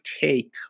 take